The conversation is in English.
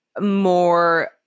more